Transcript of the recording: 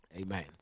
Amen